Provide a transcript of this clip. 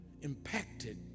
impacted